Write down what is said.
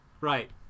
Right